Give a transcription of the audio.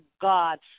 God